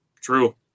true